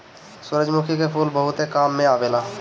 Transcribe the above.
सूरजमुखी के फूल बहुते काम में आवेला